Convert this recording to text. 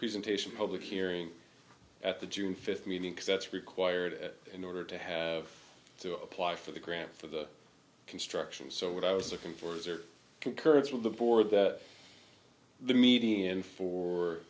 presentation public hearing at the june fifth meeting that's required in order to have to apply for the grant for the construction so what i was looking for is are concurrence of the board that the median for